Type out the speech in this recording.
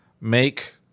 make